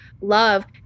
love